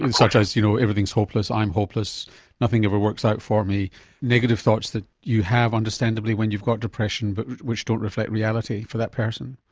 and such as you know everything is hopeless, i'm hopeless, nothing ever works out for me, the negative thoughts that you have understandably when you've got depression but which don't reflect reality for that person?